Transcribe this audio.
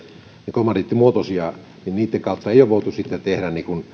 kommandiittimuotoisia niin niitten kautta rahastojen rahastojen kautta ei ole voitu sitten tehdä